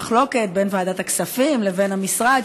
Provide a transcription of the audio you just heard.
מחלוקת בין ועדת הכספים לבין המשרד,